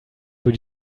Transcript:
für